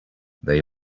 they